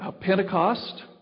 Pentecost